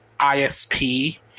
ISP